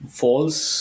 false